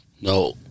No